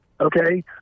okay